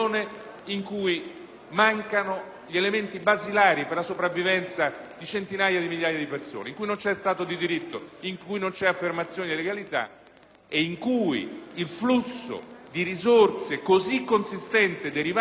mancano gli elementi basilari per la sopravvivenza di centinaia di migliaia di persone e in cui non c'è Stato di diritto, non c'è affermazione di legalità e il flusso di risorse così consistente derivante dalla pirateria,